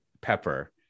pepper